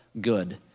good